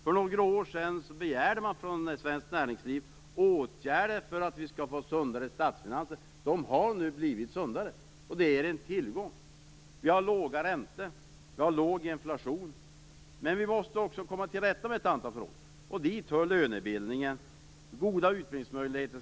För några år sedan begärde man från svenskt näringsliv åtgärder för sundare statsfinanser. Statsfinanserna har nu blivit sundare, och det är en tillgång. Vi har låga räntor, och vi har låg inflation. Men vi måste också komma till rätta med ett antal saker. Dit hör lönebildningen. Vi skall också ha goda utbildningsmöjligheter.